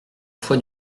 foi